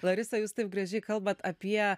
larisa jūs taip gražiai kalbat apie